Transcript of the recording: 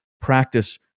practice